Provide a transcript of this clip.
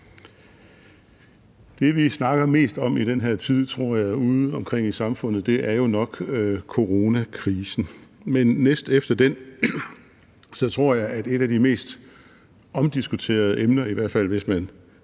som vi snakker mest om i den her tid udeomkring i samfundet, er jo nok coronakrisen, men næstefter den tror jeg at et af de mest omdiskuterede emner, i hvert fald hvis man